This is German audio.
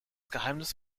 geheimnis